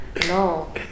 No